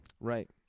right